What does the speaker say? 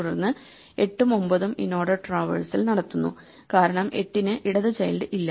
തുടർന്ന് 8 ഉം 9 ഉം ഇൻഓർഡർ ട്രാവേഴ്സൽ നടത്തുന്നു കാരണം 8 ന് ഇടത് ചൈൽഡ് ഇല്ല